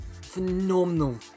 phenomenal